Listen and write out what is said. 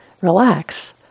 Relax